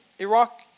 Iraq